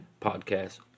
podcast